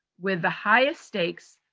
with the highest stakes,